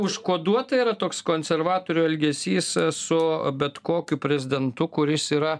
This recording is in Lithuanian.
užkoduota yra toks konservatorių elgesys su bet kokiu prezidentu kuris yra